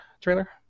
trailer